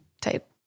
type